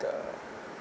a